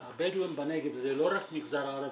הבדואים בנגב זה לא רק המגזר הערבי,